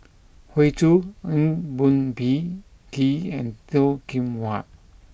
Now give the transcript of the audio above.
Hoey Choo Eng Boh Kee and Toh Kim Hwa